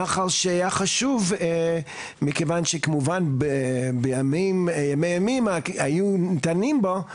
נחל שהיה חשוב מכיוון שכמובן בימי ימימה היו דנים בו,